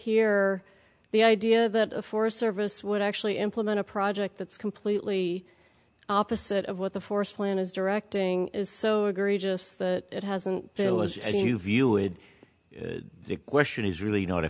here the idea that a forest service would actually implement a project that's completely opposite of what the forest plan is directing is so egregious that it hasn't there was any new view of the question is really not a